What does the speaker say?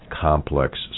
complex